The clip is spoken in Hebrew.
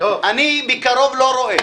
אני מקרוב לא רואה.